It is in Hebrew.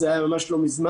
זה היה ממש לא מזמן.